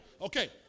Okay